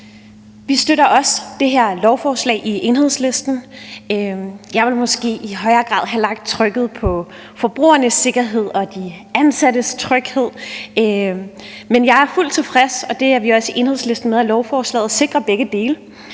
Vi støtter også det her lovforslag i Enhedslisten. Jeg ville måske i højere grad have lagt vægt på forbrugernes sikkerhed og de ansattes tryghed, men jeg er og vi er i Enhedslisten fuldt tilfredse med, at lovforslaget sikrer begge dele,